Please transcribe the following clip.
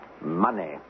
Money